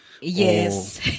Yes